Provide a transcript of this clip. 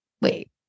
Wait